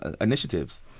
initiatives